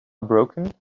broken